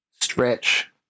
stretch